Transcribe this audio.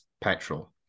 petrol